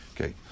Okay